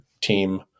team